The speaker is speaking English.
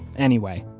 anyway,